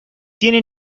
tiene